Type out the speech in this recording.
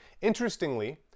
Interestingly